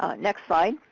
um next slide.